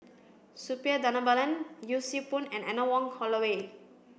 Suppiah Dhanabalan Yee Siew Pun and Anne Wong Holloway